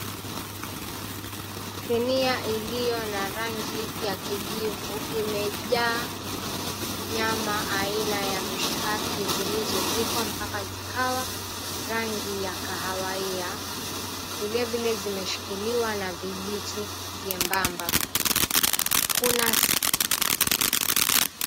Sinia iliyo na rangi ya kijivu imejaa nyama aina ya mishikaki zilizopikwa mpaka zikawa rangi ya kahawaia. Vilevile zimeshikiliwa na vijiti vyembamba. Kuna...